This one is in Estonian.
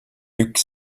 üks